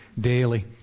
daily